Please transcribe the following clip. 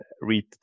read